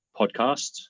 podcast